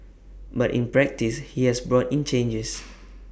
but in practice he has brought in changes